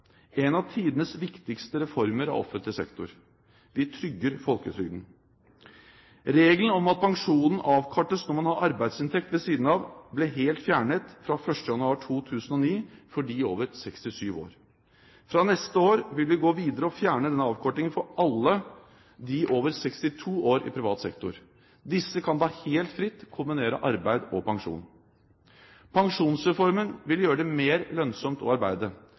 en av tidenes viktigste reformer av offentlig sektor. Vi trygger folketrygden. Regelen om at pensjonen avkortes når man har arbeidsinntekt ved siden av, ble helt fjernet fra 1. januar 2009 for dem over 67 år. Fra neste år vil vi gå videre og fjerne denne avkortingen for alle over 62 år i privat sektor. Disse kan da helt fritt kombinere arbeid og pensjon. Pensjonsreformen vil gjøre det mer lønnsomt å arbeide.